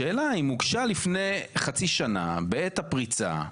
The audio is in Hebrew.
השאלה אם הוגשה לפני חצי שנה בעת הפריצה,